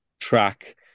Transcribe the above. track